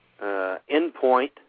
Endpoint